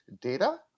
data